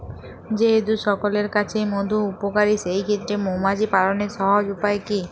যেহেতু সকলের কাছেই মধু উপকারী সেই ক্ষেত্রে মৌমাছি পালনের সহজ উপায় কি?